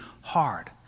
hard